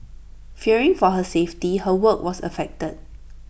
fearing for her safety her work was affected